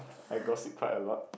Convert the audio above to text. I gossip quite a lot